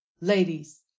Ladies